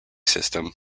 system